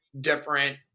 different